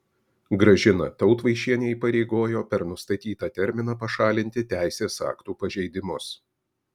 gražiną tautvaišienę įpareigojo per nustatytą terminą pašalinti teisės aktų pažeidimus